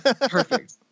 Perfect